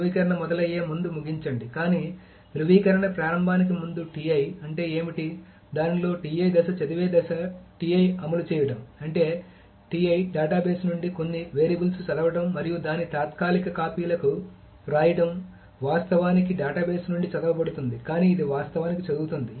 ధ్రువీకరణ మొదలయ్యే ముందు ముగించండి కానీ ధృవీకరణ ప్రారంభానికి ముందు అంటే ఏమిటి దానిలో దశ చదివే దశ అమలు చేయడం అంటే డేటాబేస్ నుండి కొన్ని వేరియబుల్స్ చదవడం మరియు దాని తాత్కాలిక కాపీలకు వ్రాయడం వాస్తవానికి డేటాబేస్ నుండి చదవబడుతోంది కానీ ఇది వాస్తవానికి చదువుతోంది